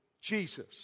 Jesus